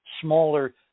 smaller